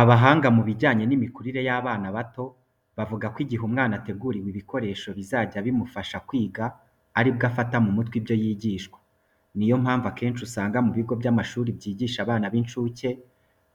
Abahanga mu bijyanye n'imikurire y'abana bato bavuga ko igihe umwana ateguriwe ibikoresho bizajya bimufasha kwiga ari bwo afata mu mutwe ibyo yigishwa. Ni yo mpamvu, akenshi usanga mu bigo by'amashuri byigisha abana b'incuke